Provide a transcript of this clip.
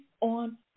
on